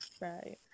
Right